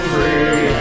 Free